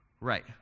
Right